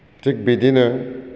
थिक बिदिनो